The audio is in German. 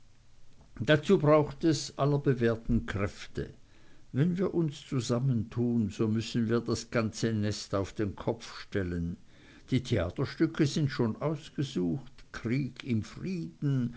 dazu braucht es aller bewährten kräfte wenn wir uns zusammentun so müssen wir das ganze nest auf den kopf stellen die theaterstücke sind schon ausgesucht krieg im frieden